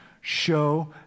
show